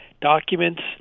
documents